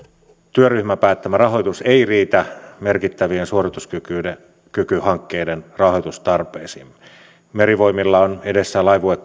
työryhmän päättämä rahoitus ei riitä merkittävien suorituskykyhankkeiden rahoitustarpeisiin merivoimilla on edessään laivue